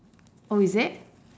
oh is it